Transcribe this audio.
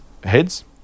heads